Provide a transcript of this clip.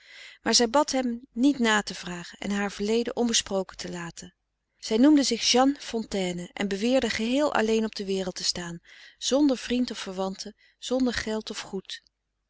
maar zij bad hem niet na te vragen en haar verleden onbesproken te laten zij noemde zich jeanne fontayne en beweerde geheel alleen op de wereld te staan zonder vriend of verwandte zonder geld of goed